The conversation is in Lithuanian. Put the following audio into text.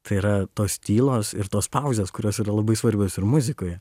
tai yra tos tylos ir tos pauzės kurios yra labai svarbios ir muzikoje